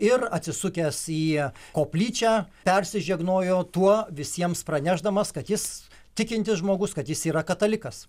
ir atsisukęs į koplyčią persižegnojo tuo visiems pranešdamas kad jis tikintis žmogus kad jis yra katalikas